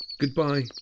Goodbye